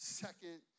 second